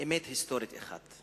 אמת היסטורית אחת: